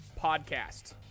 podcast